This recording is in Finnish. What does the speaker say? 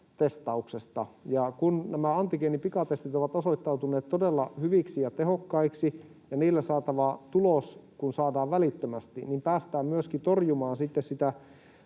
ja kun nämä antigeenipikatestit ovat osoittautuneet todella hyviksi ja tehokkaiksi ja kun niillä saatava tulos saadaan välittömästi, niin päästään myöskin torjumaan